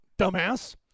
dumbass